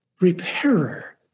repairer